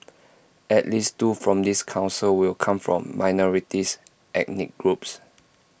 at least two from this Council will come from minority ethnic groups